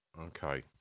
Okay